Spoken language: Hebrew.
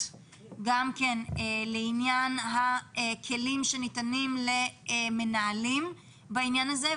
לעניין הכלים שניתנים למנהלים בעניין הזה,